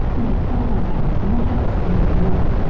and it felt like i was miles under the earth.